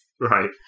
Right